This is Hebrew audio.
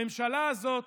הממשלה הזאת